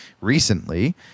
recently